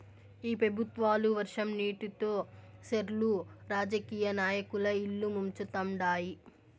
ఈ పెబుత్వాలు వర్షం నీటితో సెర్లు రాజకీయ నాయకుల ఇల్లు ముంచుతండారు